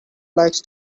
likes